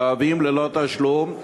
ערבים, ללא תשלום.